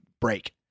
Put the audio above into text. break